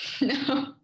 No